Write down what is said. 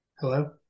Hello